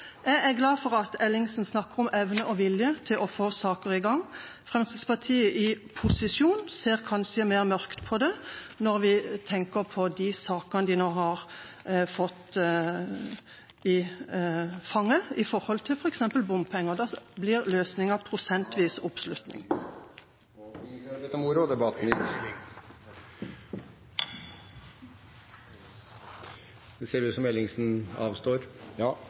Jeg er glad for at Ellingsen snakker om evne og vilje til å få saker i gang. Fremskrittspartiet i posisjon ser kanskje mer mørkt på det når det gjelder de sakene de nå har fått i fanget med hensyn til f.eks. bompenger. Da blir løsningen prosentvis … Da er tiden ute. – Det ser ut som om Jan Arild Ellingsen avstår.